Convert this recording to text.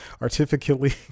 artificially